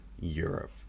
Europe